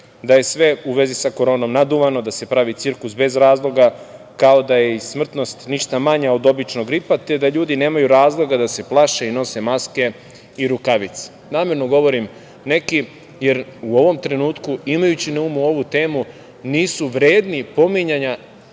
da je sve u vezi sa koronom naduvano, da se pravi cirkus bez razloga, kao i da je smrtnost ništa manja od običnog gripa te da ljudi nemaju razloga da se plaše i nose maske i rukavice. Namerno govorim neki jer u ovom trenutku imajući na umu ovu temu nisu vredni pominjanja